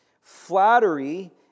Flattery